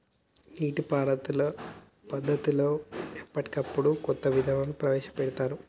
నీటి పారుదల పద్దతులలో ఎప్పటికప్పుడు కొత్త విధానాలను ప్రవేశ పెడుతాన్రు